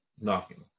knocking